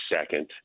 second